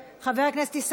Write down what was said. חבר הכנסת אילן גילאון,